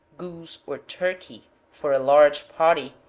goose, or turkey, for a large party,